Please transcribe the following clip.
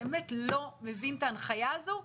באמת לא מבין את ההנחיה הזו,